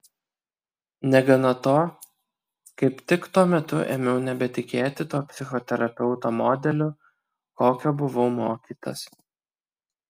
negana to kaip tik tuo metu ėmiau nebetikėti tuo psichoterapeuto modeliu kokio buvau mokytas